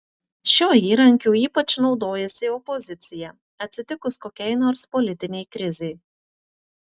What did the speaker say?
šiuo įrankiu ypač naudojasi opozicija atsitikus kokiai nors politinei krizei